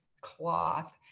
cloth